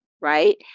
Right